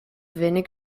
wenig